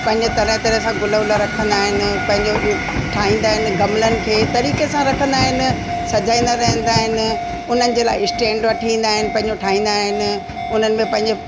पंहिंजा तरह तरह सां गुल वुल रखंदा आहिनि पंहिंजो ठाहींदा आहिनि गमलनि खे तरीक़े सां रखंदा आहिनि सजाईंदा रहंदा आहिनि उन्हनि जे लाइ स्टेंड वठी ईंदा आहिनि पंहिंजो ठाहींदा आहिनि उन्हनि में पंहिंजो